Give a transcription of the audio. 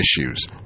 issues